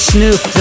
Snoop